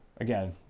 again